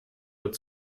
wird